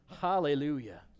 Hallelujah